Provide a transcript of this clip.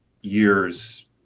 years